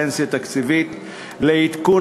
סוהרים וחיילי שירות קבע בפנסיה תקציבית לעדכון